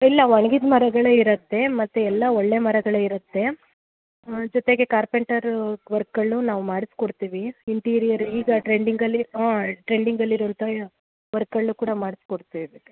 ಇಲ್ಲ ಒಣ್ಗಿದ ಮರಗಳೇ ಇರುತ್ತೆ ಮತ್ತು ಎಲ್ಲ ಒಳ್ಳೇ ಮರಗಳೇ ಇರುತ್ತೆ ಜೊತೆಗೆ ಕಾರ್ಪೆಂಟರ್ ವರ್ಕ್ಗಳನ್ನು ನಾವು ಮಾಡಿಸಿಕೊಡ್ತೀವಿ ಇಂಟೀರಿಯರ್ ಈಗ ಟ್ರೆಂಡಿಂಗಲ್ಲಿ ಹಾಂ ಟ್ರೆಂಡಿಂಗಲ್ಲಿರೋಂಥ ಯಾವ್ ವರ್ಕ್ಗಳನ್ನು ಕೂಡ ಮಾಡಿಸಿ ಕೊಡ್ತೀವಿ